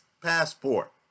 passport